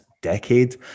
decade